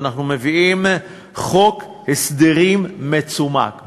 אנחנו מביאים חוק הסדרים מצומק.